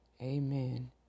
Amen